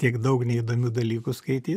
tiek daug neįdomių dalykų skaityt